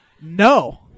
No